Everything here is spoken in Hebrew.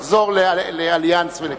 ונחזור ל"אליאנס" ולכי"ח.